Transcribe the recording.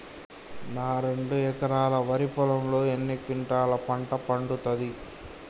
నా రెండు ఎకరాల వరి పొలంలో ఎన్ని క్వింటాలా పంట పండుతది?